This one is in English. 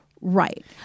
Right